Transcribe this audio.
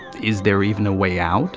is there even a way out